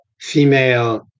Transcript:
female